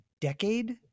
decade